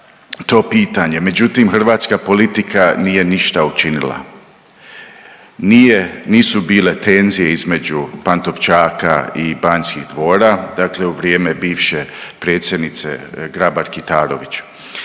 to pitanje. Međutim, hrvatska politika nije ništa učinila, nije, nisu bile tenzije između Pantovčaka i Banskih dvora dakle u vrijeme bivše predsjednice Grabar Kitarović.